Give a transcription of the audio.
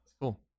Cool